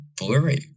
blurry